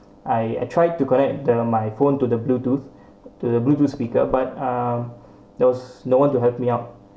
I I tried to connect the my phone to the bluetooth to the bluetooth speaker but uh though no one to help me up